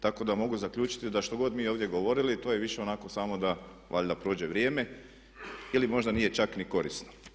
Tako da mogu zaključiti da što god mi ovdje govorili to je više onako samo da valjda prođe vrijeme ili možda nije čak ni korisno.